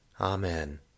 Amen